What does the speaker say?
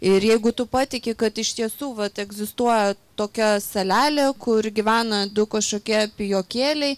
ir jeigu tu patiki kad iš tiesų vat egzistuoja tokia salelė kur gyvena du kažkokie pijokėliai